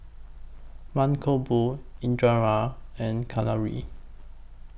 Mankombu Indira and Kalluri